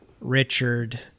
Richard